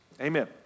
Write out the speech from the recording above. Amen